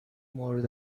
مورد